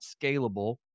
scalable